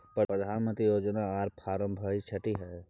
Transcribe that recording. प्रधानमंत्री योजना आर फारम भाई छठी है?